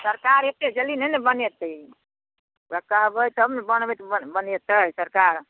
सरकार एतेक जल्दी नहि ने बनेतै ओकरा कहबै तब ने बनबैत बनेतै सरकार